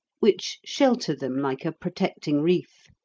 which shelter them like a protecting reef.